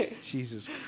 Jesus